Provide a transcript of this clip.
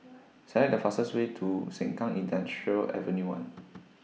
Select The fastest Way to Sengkang Industrial Avenue one